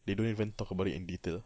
they don't even talk about it in detail